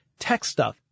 TechStuff